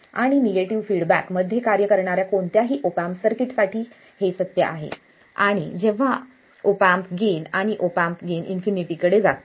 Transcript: आणि negative feedback मध्ये कार्य करणाऱ्या कोणत्याही ऑप एम्प सर्किट साठी हे सत्य आहे आणि जेव्हा ऑप एम्प गेन आणि ऑप एम्प गेन इन्फिनिटी कडे जातो